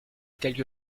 quelque